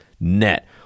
Net